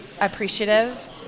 appreciative